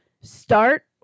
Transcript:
start